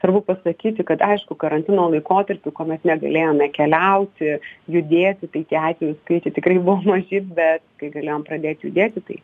svarbu pasakyti kad aišku karantino laikotarpiu kuomet negalėjome keliauti judėti tai tie atvejų skaičiai tikrai buvo maži bet kai galėjom pradėt judėti tai